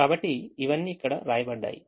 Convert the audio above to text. కాబట్టి ఇవన్నీ ఇక్కడ వ్రాయబడ్డాయి